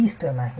इष्ट नाही